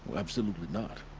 absolutely not.